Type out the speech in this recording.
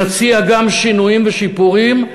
נציע גם שינויים ושיפורים,